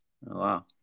Wow